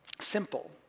Simple